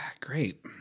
Great